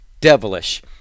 devilish